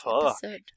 episode